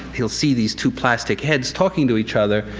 he'll see these two plastic heads talking to each other.